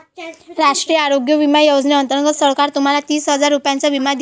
राष्ट्रीय आरोग्य विमा योजनेअंतर्गत सरकार तुम्हाला तीस हजार रुपयांचा विमा देईल